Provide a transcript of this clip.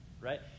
Right